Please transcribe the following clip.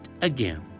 again